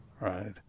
Right